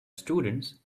students